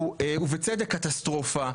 ובצדק, קטסטרופה.